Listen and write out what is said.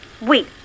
Wait